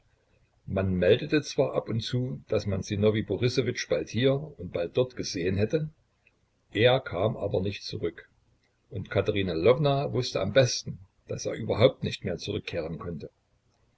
man meldete zwar ab und zu daß man sinowij borissowitsch bald hier und bald dort gesehen hätte er kam aber nicht zurück und katerina lwowna wußte am besten daß er überhaupt nicht mehr zurückkehren konnte